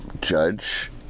judge